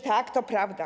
Tak, to prawda.